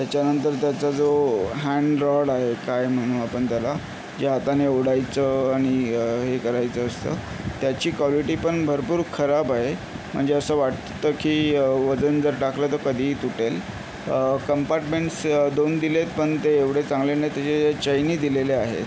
त्याच्यानंतर त्याचा जो हँडरॉड आहे काय म्हणू आपण त्याला ते हाताने ओढायचं आणि हे करायचं असतं त्याची क्वालिटी पण भरपूर खराब आहे म्हणजे असं वाटतं की वजन जर टाकलं तर कधीही तुटेल कंपार्टमेंट्स दोन दिलेत पण ते एवढे चांगले नाहीत त्याच्या ज्या चैनी दिलेल्या आहेत